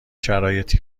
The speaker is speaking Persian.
شرایطی